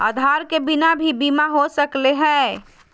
आधार के बिना भी बीमा हो सकले है?